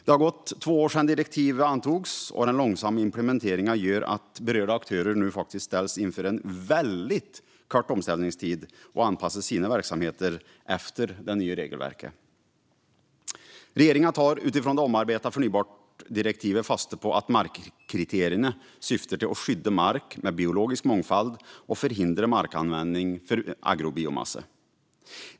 Det har gått två år sedan direktivet antogs, och den långsamma implementeringen gör att berörda aktörer nu ställs inför en väldigt kort omställningstid för att anpassa sina verksamheter efter det nya regelverket. Regeringen tar utifrån det omarbetade förnybartdirektivet fasta på att markkriterierna syftar till att skydda mark med biologisk mångfald och förhindra markanvändning för agrobiomassa.